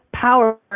power